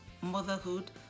motherhood